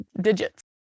digits